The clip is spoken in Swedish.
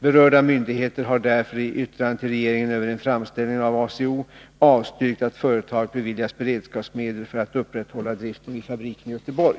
Berörda myndigheter har därför, i yttrande till regeringen över en framställning av ACO, avstyrkt att företaget beviljas beredskapsmedel för att upprätthålla driften vid fabriken i Göteborg.